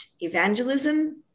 evangelism